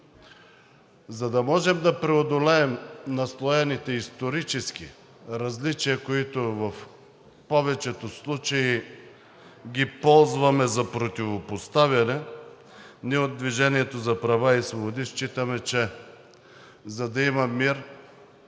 За да можем да преодолеем наслоените исторически различия, които в повечето случаи ги ползваме за противопоставяне, ние от „Движение за права и свободи“ считаме, че за да има мир,